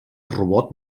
robot